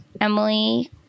Emily